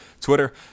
Twitter